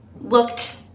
looked